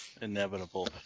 Inevitable